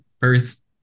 first